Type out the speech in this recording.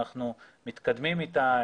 אנחנו מתקדמים איתה,